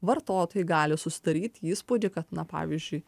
vartotojai gali susidaryt įspūdį kad na pavyzdžiui